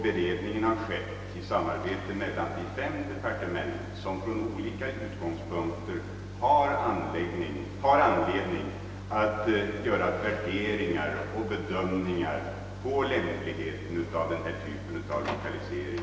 Beredningen har skett i samarbete mellan de fem departement som från olika utgångspunkter har anledning att göra värderingar och bedömningar beträffande lämpligheten av denna typ av lokalisering.